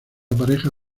pareja